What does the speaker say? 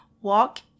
walk